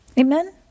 Amen